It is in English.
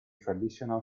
traditional